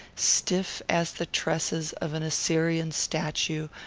stiff as the tresses of an assyrian statue,